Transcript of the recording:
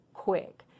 Quick